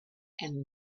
and